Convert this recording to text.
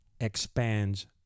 expands